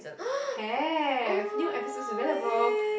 have new episodes available